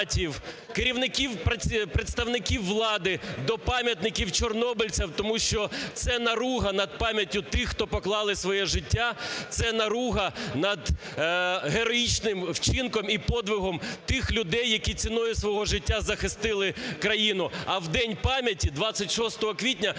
керівників, представників влади до пам'ятників чорнобильцям, тому що це наруга над пам'яттю тих, хто поклали своє життя, це наруга над героїчним вчинком і подвигом тих людей, які ціною свого життя захистили країну. А в День пам'яті, 26 квітня,